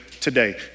today